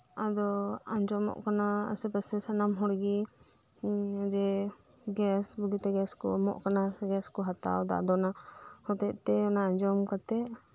ᱟᱫᱚ ᱟᱸᱡᱚᱢᱚᱜ ᱠᱟᱱᱟ ᱟᱥᱮᱯᱟᱥᱮ ᱥᱟᱱᱟᱢ ᱦᱚᱲᱜᱤ ᱡᱮ ᱜᱮᱥ ᱵᱩᱜᱤᱛᱮ ᱜᱮᱥᱠᱩ ᱮᱢᱚᱜ ᱠᱟᱱᱟ ᱜᱮᱥᱠᱩ ᱦᱟᱛᱟᱣᱮᱫᱟ ᱟᱫᱚ ᱚᱱᱟ ᱦᱚᱛᱮᱜ ᱛᱮ ᱚᱱᱟ ᱟᱸᱡᱚᱢ ᱠᱟᱛᱮᱜ